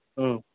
হুম